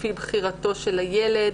לפי בחירתו של הילד.